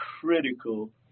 critical